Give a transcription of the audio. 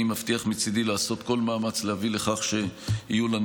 מצידי אני מבטיח לעשות כל מאמץ להביא לכך שיהיו לנו